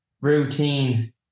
routine